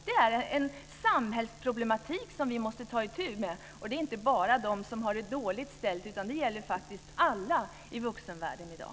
Det är ett samhällsproblem som vi måste ta itu med. Det gäller inte bara de som har det dåligt ställt utan alla i vuxenvärlden i dag.